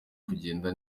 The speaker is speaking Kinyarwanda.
kugenda